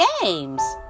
games